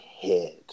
head